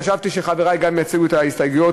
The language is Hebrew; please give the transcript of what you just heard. חשבתי שגם חברי יציגו את ההסתייגויות,